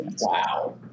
wow